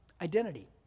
Identity